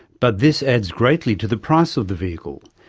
but this adds greatly to the price of the vehicle,